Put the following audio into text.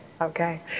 okay